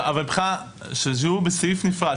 אבל שיהיו בסעיף נפרד,